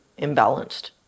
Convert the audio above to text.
imbalanced